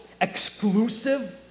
exclusive